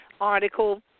article